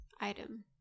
item